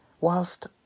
whilst